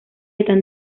están